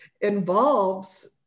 involves